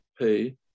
pay